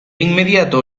inmediato